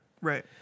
Right